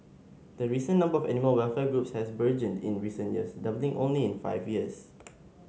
the recent number of animal welfare groups has burgeoned in recent years doubling in only five years